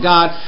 God